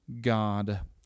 God